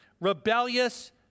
rebellious